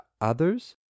others